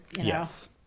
Yes